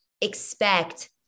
expect